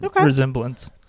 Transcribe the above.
resemblance